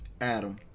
Adam